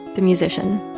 the musician.